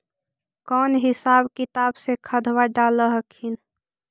कौन हिसाब किताब से खदबा डाल हखिन?